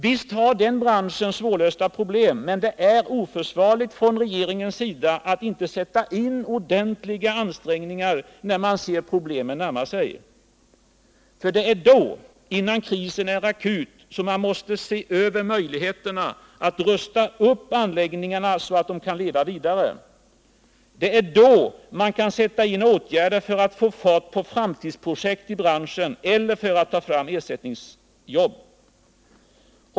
Visst har den branschen svårlösta problem, men det är oförsvarligt av regeringen att inte sätta in ordentliga ansträngningar när man ser problemen närma sig. Det är då, innan krisen är akut, man måste se över möjligheterna att rusta upp anläggningarna så att de kan leva vidare. Det är då man kan sätta in åtgärder för att få fart på framtidsprojekt i branschen eller för att ta fram ersättningsjobb.